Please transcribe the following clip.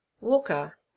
walker